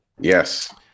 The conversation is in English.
Yes